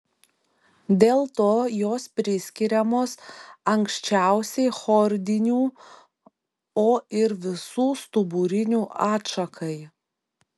dėl to jos priskiriamos anksčiausiai chordinių o ir visų stuburinių atšakai